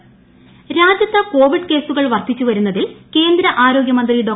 ഹർഷവർധൻ രാജ്യത്ത് കോവിഡ് കേസുകൾ വർദ്ധിച്ചുവരുന്നതിൽ കേന്ദ്ര ആരോഗ്യ മന്ത്രി ഡോ